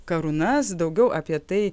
karūnas daugiau apie tai